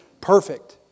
perfect